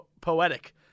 poetic